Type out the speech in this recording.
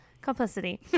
Complicity